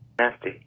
nasty